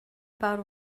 about